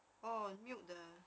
oh mute the